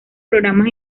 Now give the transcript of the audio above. programas